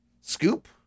scoop